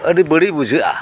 ᱟᱹᱰᱤ ᱵᱟᱹᱲᱤᱡ ᱵᱩᱡᱷᱟᱹᱜᱼᱟ